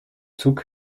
zug